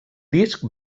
disc